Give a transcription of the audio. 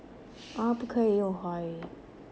啊不可以用华语